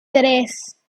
tres